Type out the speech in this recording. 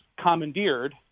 commandeered